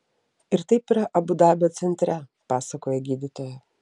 ir taip yra abu dabio centre pasakoja gydytoja